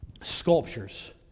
sculptures